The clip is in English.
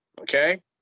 Okay